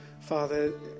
Father